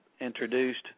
introduced